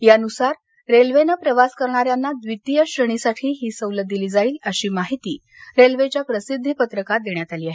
यानुसार रेल्वेनं प्रवास करणाऱ्यांना द्वितीय श्रेणीसाठी ही सवलत दिली जाईल अशी माहिती रेल्वेच्या प्रसिद्धी पत्रकात देण्यात आली आहे